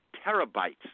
terabytes